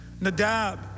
Nadab